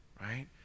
right